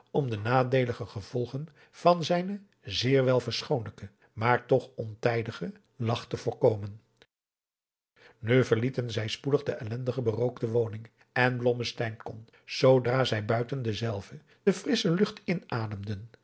om de nadeelige gevolgen van zijnen zeer wel verschoonlijken maar toch ontijdigen lach te voorkomen nu verlieten zij spoedig de ellendig berookte woning en blommesteyn kon zoodra zij buiten dezelve de frissche lucht inademden